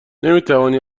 نمیتوانی